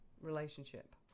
relationship